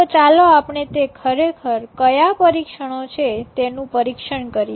તો ચાલો આપણે તે ખરેખર ક્યાં પરીક્ષણો છે તેનું પરીક્ષણ કરીએ